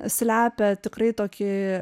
slepia tikrai tokį